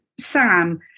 Sam